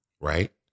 Right